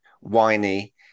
whiny